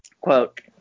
Quote